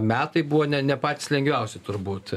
metai buvo ne patys lengviausi turbūt